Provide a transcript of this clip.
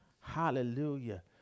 Hallelujah